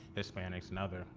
hispanics, and other